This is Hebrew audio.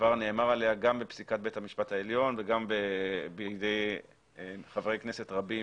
וכבר נאמר עליה גם בפסיקת בית המשפט העליון וגם על ידי חברי כנסת רבים